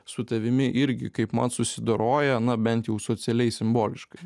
su tavimi irgi kaipmat susidoroja na bent jau socialiai simboliškai